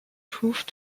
proved